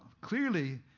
clearly